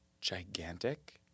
gigantic